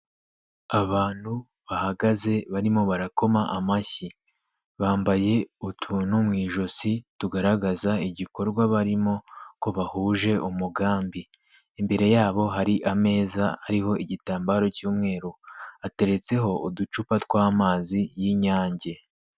Abantu bahagaze barimo barakoma amashyi bambaye utuntu mu ijosi tugaragaza igikorwa barimo ko bahuje umugambi, imbere yabo hari ameza ariho igitambaro cy'umweru, ateretseho uducupa tw'amazi y'inyange.